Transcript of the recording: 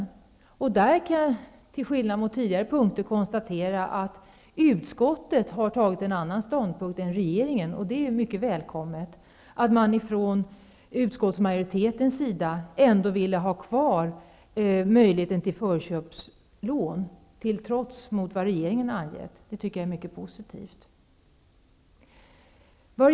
Till skillnad från vad som är fallet på de punkter som jag tidigare talat om kan jag där konstatera att utskottet har intagit en annan ståndpunkt än regeringen, och det är mycket välkommet. Att man från utskottsmajoritetens sida ändå ville ha kvar möjligheten till förköpslån, trots vad regeringen angivit, tycker jag är mycket positivt.